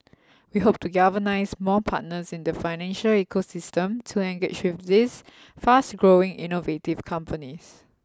we hope to galvanise more partners in the financial ecosystem to engage with these fast growing innovative companies